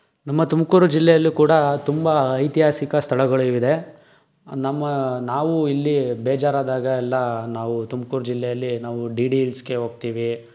ನಮ್ಮ ತುಮಕೂರು ಜಿಲ್ಲೆಯಲ್ಲೂ ಕೂಡ ತುಂಬ ಐತಿಹಾಸಿಕ ಸ್ಥಳಗಳು ಇದೆ ನಮ್ಮ ನಾವು ಇಲ್ಲಿ ಬೇಜಾರಾದಾಗ ಎಲ್ಲಾ ನಾವು ತುಮ್ಕೂರು ಜಿಲ್ಲೆಯಲ್ಲಿ ನಾವು ಡಿ ಡಿ ಹಿಲ್ಸ್ಗೆ ಹೋಗ್ತೀವಿ